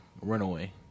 runaway